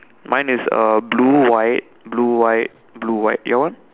mine is uh blue white blue white blue white your one